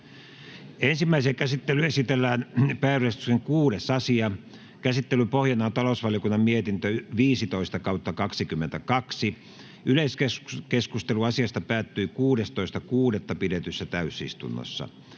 Ensimmäiseen käsittelyyn esitellään päiväjärjestyksen 5. asia. Käsittelyn pohjana on talousvaliokunnan mietintö TaVM 14/2022 vp. Yleiskeskustelu asiasta päättyi 16.6.2022 pidetyssä täysistunnossa.